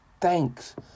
thanks